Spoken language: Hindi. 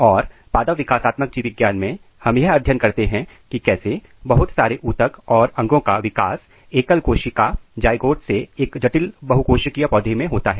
और पादप विकासात्मक जीवविज्ञान मैं हम यह अध्ययन करते हैं कि कैसे बहुत सारे ऊतक और अंगों का विकास एकल कोशिका जाएगोट से एक जटिल बहुकोशिकीय पौधे में होता है